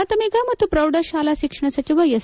ಪ್ರಾಥಮಿಕ ಮತ್ತು ಪ್ರೌಢಶಾಲಾ ಶಿಕ್ಷಣ ಸಚಿವ ಎಸ್